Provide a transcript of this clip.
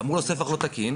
אמרו לו הספח לא תקין.